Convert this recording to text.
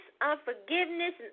unforgiveness